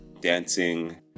dancing